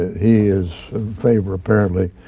he is in favor, apparently,